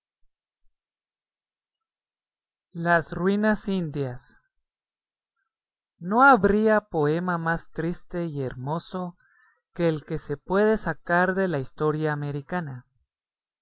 las ruinas indias no habría poema más triste y hermoso que el que se puede sacar de la historia americana